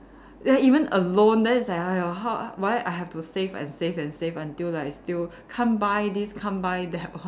ya even alone then it's like !aiyo! how why I have to save and save and save until like still can't buy this can't buy that one